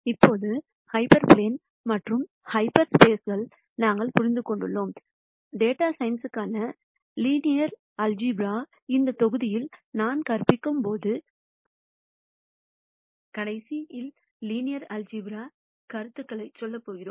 இப்போது ஹைப்பர் பிலேன்கள் மற்றும் ஹாஃப் ஸ்பேஸ்களை நாங்கள் புரிந்து கொண்டுள்ளோம் டேட்டா சயின்ஸ் க்கான லீனியர் ஆல்சீப்ரா இந்த தொகுதியில் நான் கற்பிக்கப் போகும் கடைசி லீனியர் ஆல்சீப்ரா கருத்துக்கு செல்லப்போகிறோம்